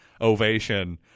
Ovation